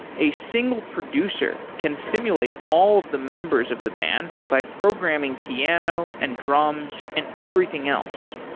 a single producer can simulate all of the members of the band by programming piano and drums and everything else.